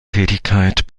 tätigkeit